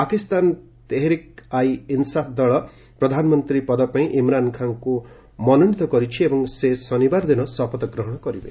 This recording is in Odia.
ପାକିସ୍ତାନ ତେହେରିକ୍ ଆଇ ଇନ୍ସାଫ୍ ଦଳ ପ୍ରଧାନମନ୍ତ୍ରୀ ପଦ ପାଇଁ ଇମ୍ରାନ୍ ଖାନ୍ଙ୍କୁ ମନୋନିତ କରିଛି ଏବଂ ସେ ଶନିବାର ଦିନ ଶପଥ ଗ୍ରହଣ କରିବେ